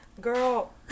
girl